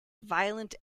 violent